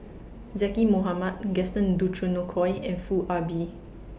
Zaqy Mohamad Gaston Dutronquoy and Foo Ah Bee